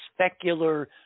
specular